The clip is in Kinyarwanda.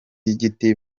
y’igiti